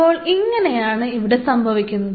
അപ്പോ ഇങ്ങനെയാണ് ഇവിടെ സംഭവിക്കുന്നത്